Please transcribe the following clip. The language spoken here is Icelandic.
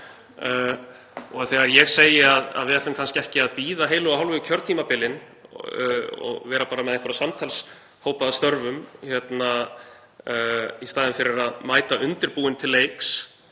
þegar ég segi að við ættum kannski ekki að bíða heilu og hálfu kjörtímabilin og vera bara með einhverja samtalshópa að störfum, í staðinn fyrir að mæta undirbúin til leiks.